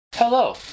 Hello